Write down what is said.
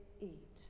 eat